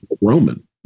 Roman